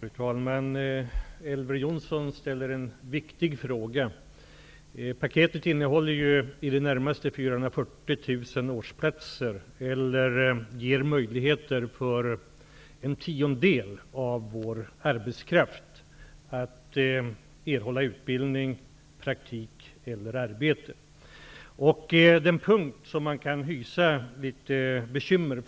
Fru talman! Elver Jonsson ställer en viktig fråga. årsplatser, eller ger möjligheter för en tiondel av arbetskraften att erhålla utbildning, praktik eller arbete. Den punkt där man kan hysa bekymmer